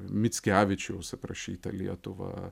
mickevičiaus aprašyta lietuva